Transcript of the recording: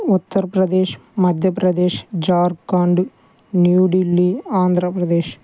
Uttar Pradesh Madhya Pradesh Jharkhand New Delhi Andhra Pradesh